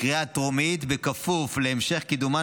בקריאה הטרומית בכפוף להמשך קידומה